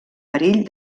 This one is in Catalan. perill